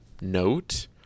note